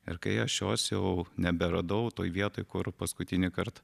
ir kai aš jos jau neberadau toj vietoj kur paskutinįkart